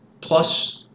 plus